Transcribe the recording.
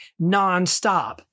nonstop